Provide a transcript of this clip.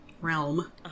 realm